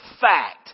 fact